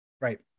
Right